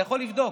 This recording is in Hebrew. אתה יכול לבדוק.